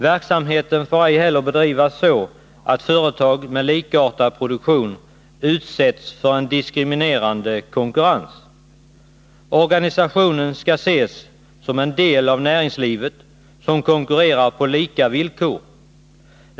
Verksamheten får ej heller bedrivas så att företag med likartad produktion utsätts för en diskriminerande konkurrens. Organisationen skall ses som en del av näringslivet, vilken konkurrerar på lika villkor.